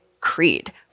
creed